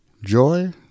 Joy